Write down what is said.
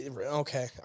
Okay